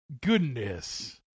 goodness